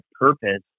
purpose